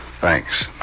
thanks